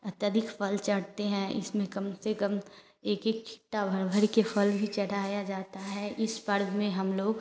अत्यधिक फल चढ़ते हैं इसमें कम से कम एक एक छिट्टा भर भर के फल भी चढ़ाया जाता है इस पर्व में हम लोग